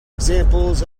examples